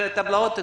טבלאות אקסל.